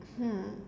hmm